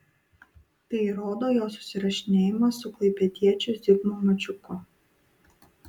tai įrodo jo susirašinėjimas su klaipėdiečiu zigmu mačiuku